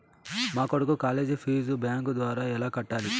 మా కొడుకు college fees bank ద్వారా ఎలా కట్టాలి?